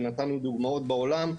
ונתנו דוגמאות בעולם,